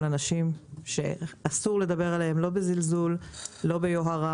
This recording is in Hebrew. אנשים שאסור לדבר אליהם בזלזול או ביוהרה.